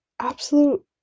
absolute